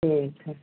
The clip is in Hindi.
ठीक है